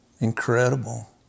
Incredible